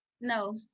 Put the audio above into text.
no